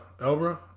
Elbra